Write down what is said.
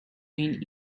queen